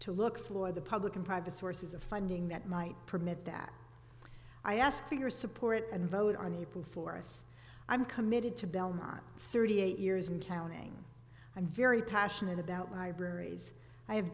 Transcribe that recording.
to look for the public and private sources of funding that might permit that i ask for your support and vote on april fourth i'm committed to belmont thirty eight years and counting i'm very passionate about libraries i have